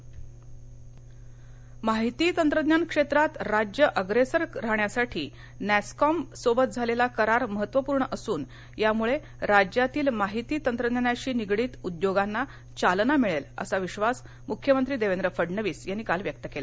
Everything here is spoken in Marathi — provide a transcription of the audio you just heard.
नॅसकॉम करार माहिती तंत्रज्ञान क्षेत्रात राज्य अग्रेसर राहण्यासाठी नॅसकॉमसोबत झालेला करार महत्त्वपूर्ण असून यामुळे राज्यातील माहिती तंत्रज्ञानाशी निगडीत उद्योगांना चालना मिळेल असा विश्वास मुख्यमंत्री देवेंद्र फडणवीस यांनी काल व्यक्त केला